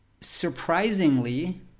surprisingly